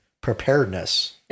preparedness